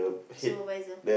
supervisor